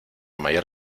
mayor